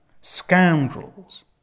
scoundrels